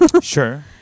Sure